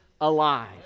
alive